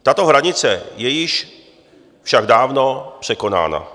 Tato hranice je již však dávno překonána.